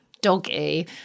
doggy